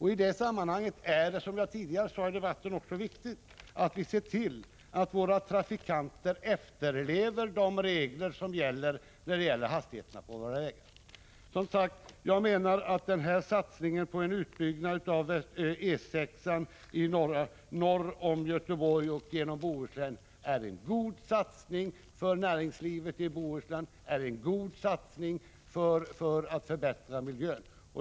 I det sammanhanget är det, som jag sade tidigare i debatten, viktigt att vi ser till att våra trafikanter efterlever de regler som gäller beträffande hastigheterna på våra vägar. Jag menar alltså att satsningen på en utbyggnad av E 6 norr om Göteborg upp genom Bohuslän är en god satsning för näringslivet i Bohuslän och en god satsning för att förbättra miljön.